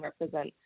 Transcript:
represent